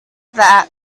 that